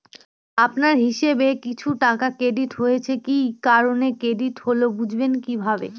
আপনার হিসাব এ কিছু টাকা ক্রেডিট হয়েছে কি কারণে ক্রেডিট হল বুঝবেন কিভাবে?